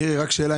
מירי, שאלה.